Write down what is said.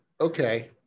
okay